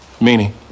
Meaning